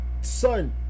son